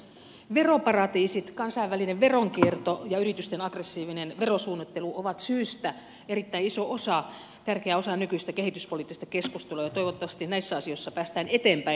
veroparatiisit kansainvälinen veronkierto ja yritysten aggressiivinen verosuunnittelu ovat syystä erittäin iso osa tärkeä osa nykyistä kehityspoliittista keskustelua ja toivottavasti näissä asioissa päästään eteenpäin